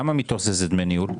כמה מתוך זה זה דמי ניהול?